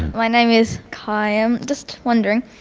my name is kai. i'm just wondering,